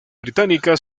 británica